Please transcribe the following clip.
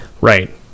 right